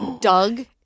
Doug